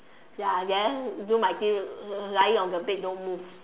ya then do my thing lying on the bed don't move